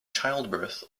childbirth